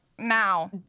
Now